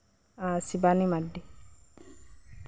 ᱟᱨ ᱥᱤᱵᱟᱱᱤ ᱢᱟᱰᱰᱤ